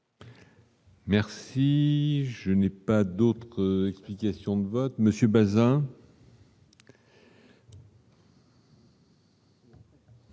Merci, je n'ai pas d'autres explications de vote monsieur Baeza.